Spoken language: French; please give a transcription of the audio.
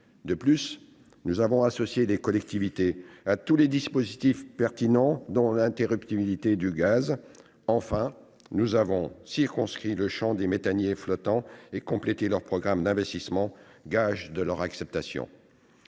De plus, nous avons associé les collectivités à tous les dispositifs pertinents, dont l'interruptibilité du gaz. Enfin, nous avons circonscrit le champ des méthaniers flottants et complété leur programme d'investissement, gage de leur acceptation.